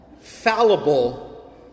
fallible